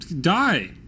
die